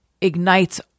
ignites